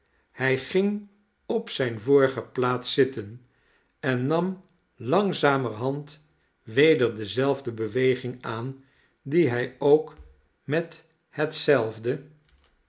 hij ging op zijne vorige plaats zitten en nam langzamerhand weder dezelfde beweging aan die hij ook met hetzelfde